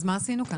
אז מה עשינו כאן?